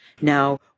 Now